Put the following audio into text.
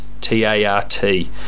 T-A-R-T